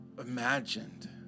imagined